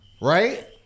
right